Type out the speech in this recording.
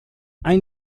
ein